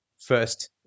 first